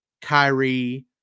Kyrie